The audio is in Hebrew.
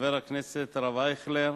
חבר הכנסת הרב אייכלר,